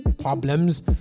problems